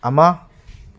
ꯑꯃ